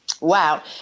Wow